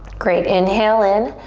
great, inhale in.